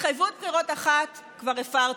התחייבות בחירות אחת כבר הפרתם,